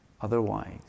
otherwise